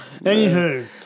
Anywho